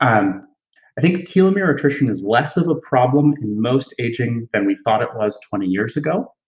um i think telomere attrition is less of a problem in most aging than we thought it was twenty years ago.